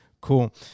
Cool